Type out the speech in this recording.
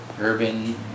urban